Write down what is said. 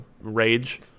Rage